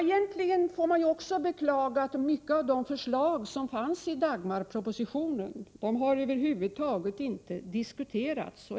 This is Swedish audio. Egentligen får man beklaga att många av de förslag som fanns i Dagmarpropositionen över huvud taget inte har diskuterats.